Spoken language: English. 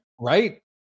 Right